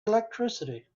electricity